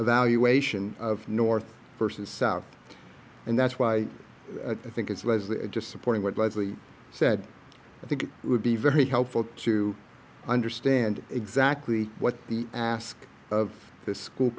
evaluation of north versus south and that's why i think it's was there just supporting what leslie said i think it would be very helpful to understand exactly what the ask of the school